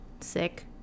sick